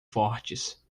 fortes